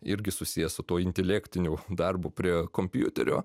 irgi susijęs su tuo intelektiniu darbu prie kompiuterio